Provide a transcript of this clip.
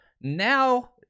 now